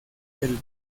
del